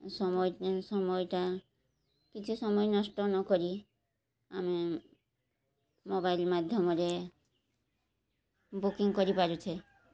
ସମୟ ସମୟଟା କିଛି ସମୟ ନଷ୍ଟ ନକରି ଆମେ ମୋବାଇଲ୍ ମାଧ୍ୟମରେ ବୁକିଂ କରିପାରୁଛେ